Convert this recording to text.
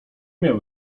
miał